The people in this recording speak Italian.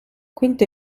quinto